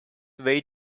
way